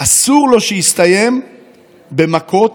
אסור לו שיסתיים במכות